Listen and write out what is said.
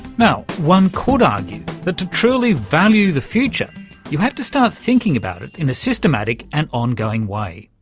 now, one could argue that to truly value the future you have to start thinking about it in a systematic and ongoing way.